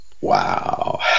Wow